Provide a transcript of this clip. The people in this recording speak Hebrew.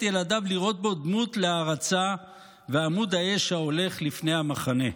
ילדיו לראות בו דמות להערצה ועמוד האש ההולך לפני המחנה?